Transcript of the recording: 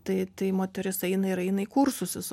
tai tai moteris eina ir eina į kursus